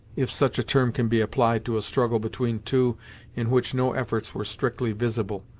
if such a term can be applied to a struggle between two in which no efforts were strictly visible,